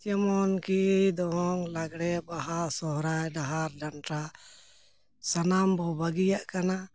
ᱡᱮᱢᱚᱱ ᱠᱤ ᱫᱚᱝ ᱞᱟᱜᱽᱬᱮ ᱵᱟᱦᱟ ᱥᱚᱦᱨᱟᱭ ᱰᱟᱦᱟᱨ ᱰᱟᱱᱴᱟ ᱥᱟᱱᱟᱢ ᱵᱚᱱ ᱵᱟᱹᱜᱤᱭᱟᱜ ᱠᱟᱱᱟ